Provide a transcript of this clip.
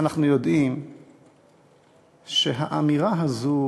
אנחנו יודעים שהאמירה הזו